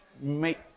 make